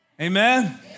Amen